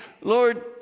Lord